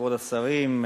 כבוד השרים,